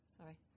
Sorry